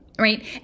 right